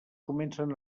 comencen